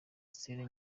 stella